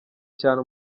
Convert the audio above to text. cyane